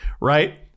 right